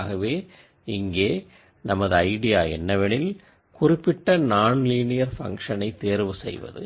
ஆகவே எங்கே இங்கே நமது ஐடியா என்னவெனில் குறிப்பிட்ட நான்லீனியர் பங்க்ஷனை தேர்வு செய்வது